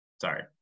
Sorry